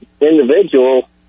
individual